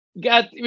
got